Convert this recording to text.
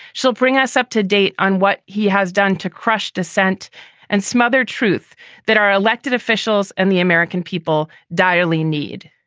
she'll bring us up to date on what he has done to crush dissent and smother truth that our elected officials and the american people direly need